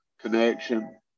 connection